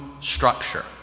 structure